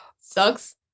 sucks